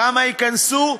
כמה ייכנסו?